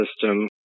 system